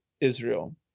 Israel